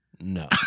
no